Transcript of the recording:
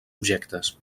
objectes